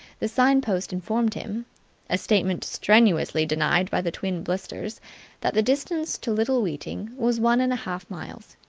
the sign-post informed him a statement strenuously denied by the twin-blisters that the distance to little weeting was one and a half miles.